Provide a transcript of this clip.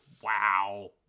Wow